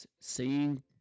seeing